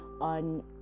on